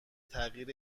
تغییر